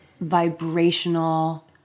vibrational